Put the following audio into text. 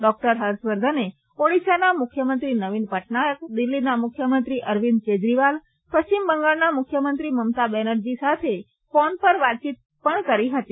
doctor હર્ષવર્ધને ઓડીશાના મુખ્યમંત્રી નવીન પટનાયક દિલ્હીના મુખ્યમંત્રી અરવિંદ કેજરીવાલ પશ્ચિમ બંગાળના મુખ્યમંત્રી મમતા બેનરજી સાથે ફોન પર વાતચીત પણ કરી હતી